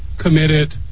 committed